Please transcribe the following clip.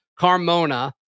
Carmona